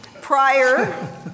Prior